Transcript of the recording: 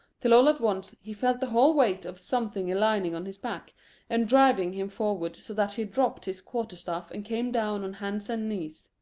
till all at once he felt the whole weight of something alighting on his back and driving him forward so that he dropped his quarter-staff and came down on hands and knees.